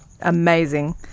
amazing